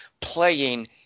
playing